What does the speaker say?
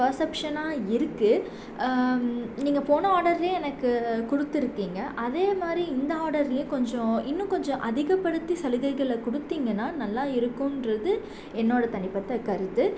பர்சப்ஷனாக இருக்குது நீங்கள் போன ஆடர்லேயே எனக்கு கொடுத்துருக்கீங்க அதே மாதிரி இந்த ஆடர்லேயும் கொஞ்சம் இன்னும் கொஞ்சம் அதிகப்படுத்தி சலுகைகளை கொடுத்தீங்கன்னா நல்லா இருக்கும்ன்றது என்னோடய தனிப்பட்ட கருத்து